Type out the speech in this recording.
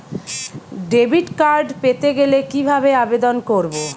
Debit card পেতে কি ভাবে আবেদন করব?